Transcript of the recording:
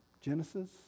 Genesis